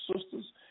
sisters